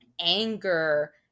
anger